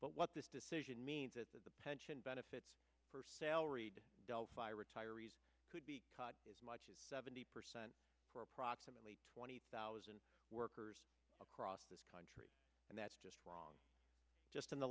but what this decision means that the pension benefits salaried delphi retirees could be cut as much as seventy percent for approximately twenty thousand workers across this country and that's just wrong just in the